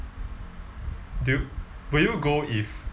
do you will you go if